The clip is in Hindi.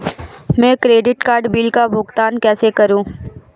मैं क्रेडिट कार्ड बिल का भुगतान कैसे करूं?